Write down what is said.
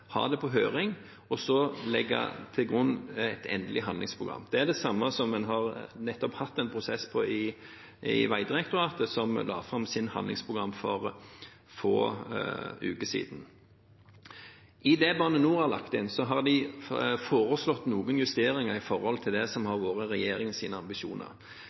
ha det på høring og så legge det til grunn for et endelig handlingsprogram. Det er den samme prosessen som man nettopp har hatt i Vegdirektoratet, som la fram sitt handlingsprogram for få uker siden. I det Bane NOR har lagt inn, har de foreslått noen justeringer i forhold til det som har vært regjeringens ambisjoner.